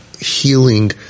Healing